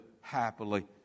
happily